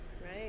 Right